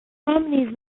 harmonies